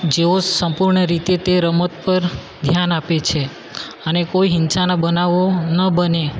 જેઓ સંપૂર્ણ રીતે તે રમત પર ધ્યાન આપે છે અને કોઈ હિંસાના બનાવો ન બને